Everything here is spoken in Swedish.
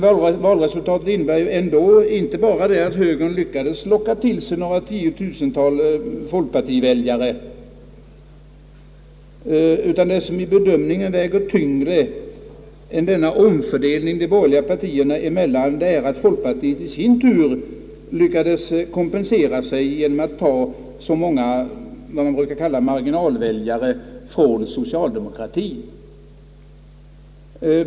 Valresultatet innebär emellertid inte bara att högern lyckades plocka till sig några tiotusentals folkpartiväljare utan vad som i bedömningen väger tyngre än omfördelningen de borgerliga partierna emellan är att folkpartiet i sin tur lyckades kompensera sig genom att ta så många, vad man kallar, marginalväljare från socialdemokratien.